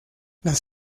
las